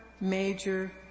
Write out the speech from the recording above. major